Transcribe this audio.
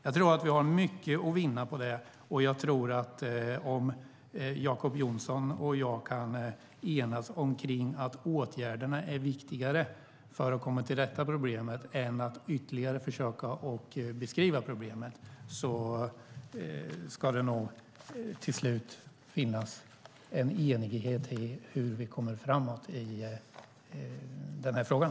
Jag tror att vi har mycket att vinna på det, och jag tror att om Jacob Johnson och jag kan enas kring att åtgärderna är viktigare för att komma till rätta med problemet än att ytterligare försöka beskriva problemet ska det nog till slut finnas en enighet i hur vi kommer framåt i den här frågan.